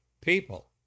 people